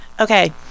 Okay